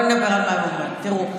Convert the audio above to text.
תראו,